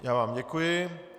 Já vám děkuji.